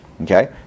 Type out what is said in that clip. Okay